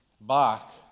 Bach